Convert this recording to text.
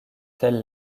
telle